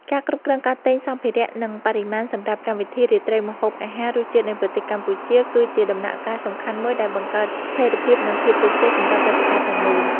ការគ្រប់គ្រងការទិញសំភារៈ និងបរិមាណសម្រាប់កម្មវិធីរាត្រីម្ហូបអាហារ “រសជាតិនៃប្រទេសកម្ពុជា” គឺជាដំណាក់កាលសំខាន់មួយដែលបង្កើតស្ថេរភាព និងភាពជោគជ័យសម្រាប់ព្រឹត្តិការណ៍ទាំងមូល។